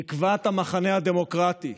תקוות המחנה הדמוקרטי,